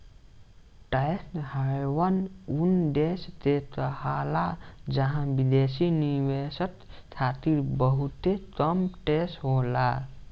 tax haven उ देश के कहाला जहां विदेशी निवेशक खातिर बहुते कम टैक्स होला